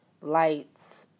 lights